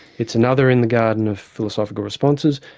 it's another in the garden of philosophical responses,